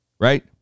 Right